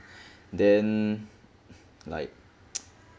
then like